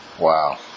Wow